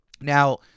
Now